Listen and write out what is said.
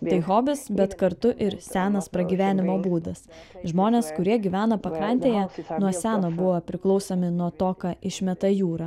tai hobis bet kartu ir senas pragyvenimo būdas žmonės kurie gyvena pakrantėje nuo seno buvo priklausomi nuo to ką išmeta jūra